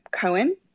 Cohen